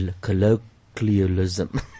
colloquialism